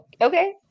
okay